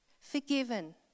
forgiven